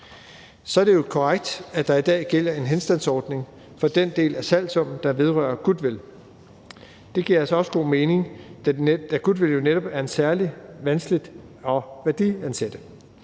Så er det jo korrekt, at der i dag gælder en henstandsordning for den del af salgssummen, der vedrører goodwill. Det giver altså også god mening, da goodwill jo netop er særlig vanskeligt at værdiansætte.